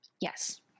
Yes